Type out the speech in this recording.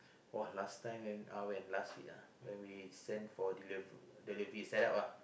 !wah! last time when uh when last week uh when we send for deli~ delivery setup ah